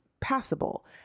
passable